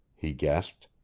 he gasped.